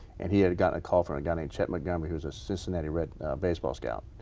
and he had gotten a call from a guy named chuck montgomery who is a cincinnati red baseball scout.